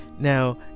Now